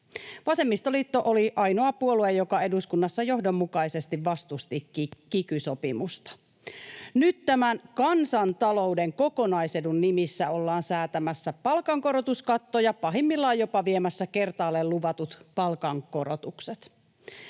Vasemmistoliitto oli ainoa puolue, joka eduskunnassa johdonmukaisesti vastusti kiky-sopimusta. Nyt tämän kansantalouden kokonaisedun nimissä ollaan säätämässä palkankorotuskatto ja pahimmillaan jopa viemässä kertaalleen luvatut palkankorotukset.